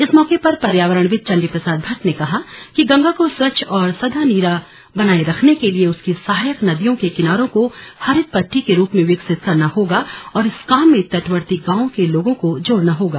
इस मौके पर पर्यावरणविद चंडीप्रसाद भट्ट ने कहा कि गंगा को स्वच्छ और सदानीरा बनाये रखने के लिए उसकी सहायक नदियों के किनारों को हरित पट्टी के रूप में विकसित करना होगा और इस काम में तटवर्ती गांवों के लोगों को जोड़ना होगा